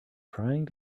trying